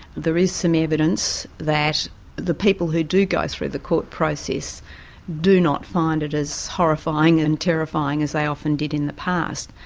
there is some evidence that the people who do go through the court process do not find it as horrifying and terrifying as they often did in the past.